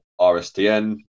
RSTN